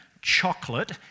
chocolate